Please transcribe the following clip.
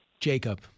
Jacob